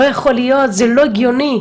לא יכול להיות, זה לא הגיוני,